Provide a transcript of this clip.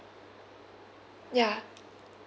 ya